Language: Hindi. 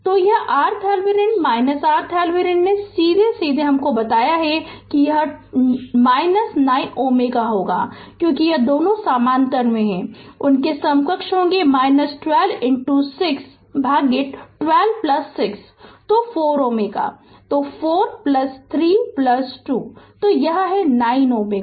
तो यह RThevenin RThevenin ने सीधे सीधे हमको बताया यह 9 Ω होगा क्योंकि यह दोनों समानांतर में हैं उनके समकक्ष होंगे 12 6 भागित 12 6 तो 4 Ω तो 4 3 2 तो यह 9 है